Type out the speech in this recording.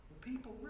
people